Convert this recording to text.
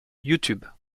youtube